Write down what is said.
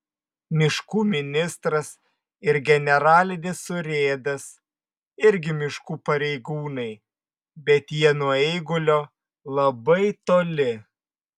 miškų ministras ir generalinis urėdas irgi miškų pareigūnai bet jie nuo eigulio labai toli